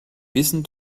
wissen